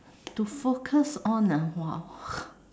to focus on ah !wow!